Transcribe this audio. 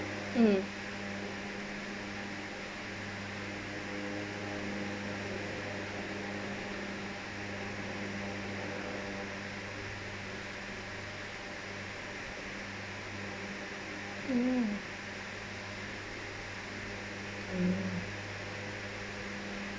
mm mm mm